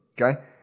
Okay